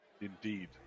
Indeed